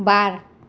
बार